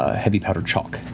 heavy powdered chalk,